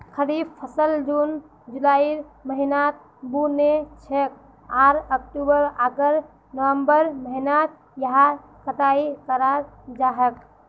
खरीफ फसल जून जुलाइर महीनात बु न छेक आर अक्टूबर आकर नवंबरेर महीनात यहार कटाई कराल जा छेक